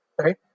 right